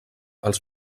els